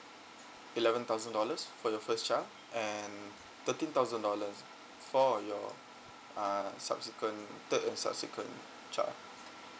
eleven thousand dollars for your first child and thirteen thousand dollars for your uh subsequent third and subsequent child